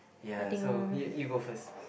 ya so you you go first